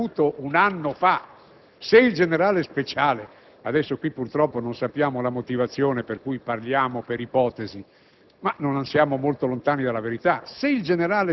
Abbiate pazienza, il fatto era accaduto un anno fa: se il generale Speciale - adesso qui purtroppo non conosciamo la motivazione per cui parliamo per ipotesi,